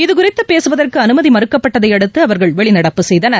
இவ குறித்துபேசுவதற்குஅனுமதிமறுக்கப்பட்டதைஅடுத்து அவர்கள் வெளிநடப்பு செய்தனர்